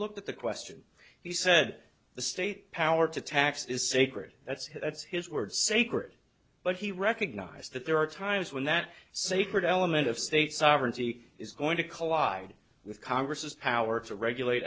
looked at the question he said the state power to tax is sacred that's what's his word sacred but he recognized that there are times when that sacred element of state sovereignty is going to collide with congress's power to regulate